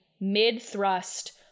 mid-thrust